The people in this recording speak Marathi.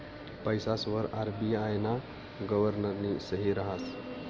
पैसासवर आर.बी.आय ना गव्हर्नरनी सही रहास